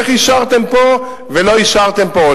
איך אישרתם פה ולא אישרתם פה?